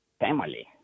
family